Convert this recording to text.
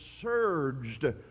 surged